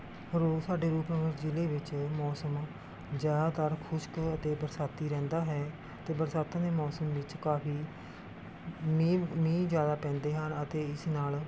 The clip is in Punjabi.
ਰੋਜ਼ ਸਾਡੇ ਰੂਪਨਗਰ ਜ਼ਿਲ੍ਹੇ ਵਿੱਚ ਮੌਸਮ ਜ਼ਿਆਦਾਤਰ ਖੁਸ਼ਕ ਅਤੇ ਬਰਸਾਤੀ ਰਹਿੰਦਾ ਹੈ ਅਤੇ ਬਰਸਾਤਾਂ ਦੇ ਮੌਸਮ ਵਿੱਚ ਕਾਫ਼ੀ ਮੀਂਹ ਮੀਂਹ ਜ਼ਿਆਦਾ ਪੈਂਦੇ ਹਨ ਅਤੇ ਇਸ ਨਾਲ